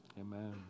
Amen